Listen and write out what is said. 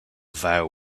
vow